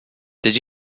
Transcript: did